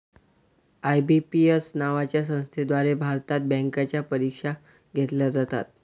IBPS नावाच्या संस्थेद्वारे भारतात बँकांच्या परीक्षा घेतल्या जातात